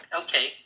Okay